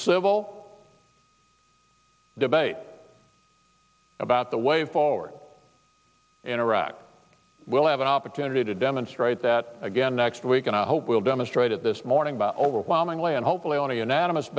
civil debate about the way forward in iraq we'll have an opportunity to demonstrate that again next week and i hope we'll demonstrated this morning by overwhelmingly and hopefully on a unanimous